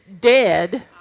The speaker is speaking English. dead